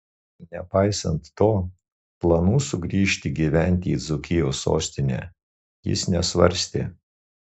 nepaisant to planų sugrįžti gyventi į dzūkijos sostinę jis nesvarstė